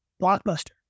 blockbuster